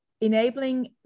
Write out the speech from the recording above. enabling